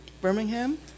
Birmingham